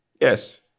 Yes